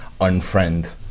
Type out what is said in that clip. unfriend